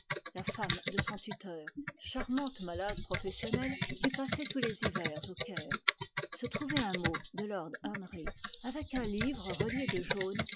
la femme de son tuteur charmante malade professionnelle qui passait tous les hivers au caire se trouvait un mot de lord henry avec un livre relié de jaune